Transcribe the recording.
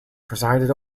presided